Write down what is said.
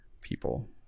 people